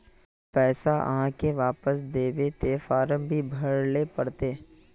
पैसा आहाँ के वापस दबे ते फारम भी भरें ले पड़ते?